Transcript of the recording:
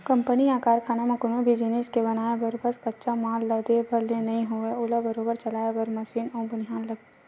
company या कारखाना म कोनो भी जिनिस के बनाय बर बस कच्चा माल ला दे भर ले नइ होवय ओला बरोबर चलाय बर मसीन अउ बनिहार लगथे